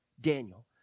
Daniel